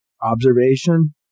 observation